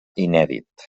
inèdit